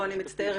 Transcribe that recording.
אני מצטערת,